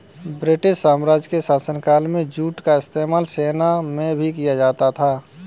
British साम्राज्य के शासनकाल में जूट का इस्तेमाल सेना में भी किया जाता था